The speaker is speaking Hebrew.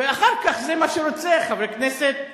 ואחר כך, זה מה שרוצה חבר הכנסת כץ.